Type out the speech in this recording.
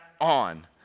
on